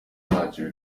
ntacyo